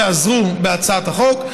שעזרו בהצעת החוק.